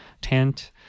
tent